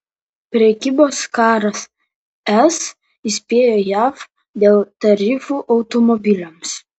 prekybos karas es įspėjo jav dėl tarifų automobiliams